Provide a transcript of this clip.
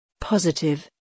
Positive